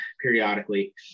periodically